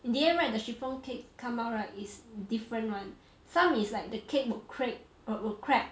in the end right the chiffon cake come out right is different [one] some is like the cake will crake err will crack